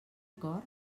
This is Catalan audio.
acord